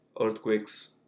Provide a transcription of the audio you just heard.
earthquakes